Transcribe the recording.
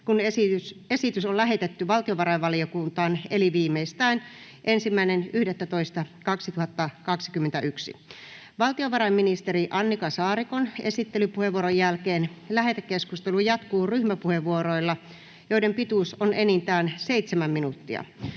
kun esitys on lähetetty valtiovarainvaliokuntaan eli viimeistään 1.11.2021. Valtiovarainministeri Annika Saarikon esittelypuheenvuoron jälkeen lähetekeskustelu jatkuu ryhmäpuheenvuoroilla, joiden pituus on enintään 7 minuuttia.